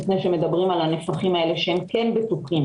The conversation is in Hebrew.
מדברים על הנפחים האלה שהם כן בטוחים,